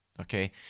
okay